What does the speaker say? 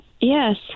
Yes